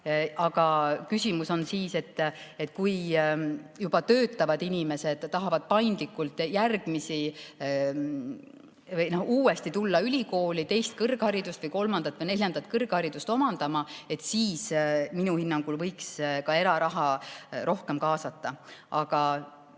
Küsimus on selles, et kui juba töötavad inimesed tahavad paindlikult uuesti tulla ülikooli teist, kolmandat või neljandat kõrgharidust omandama, siis minu hinnangul võiks ka eraraha rohkem kaasata. Aga